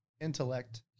intellect